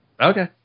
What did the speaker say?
Okay